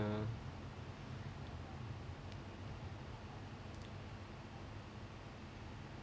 the